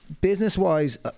business-wise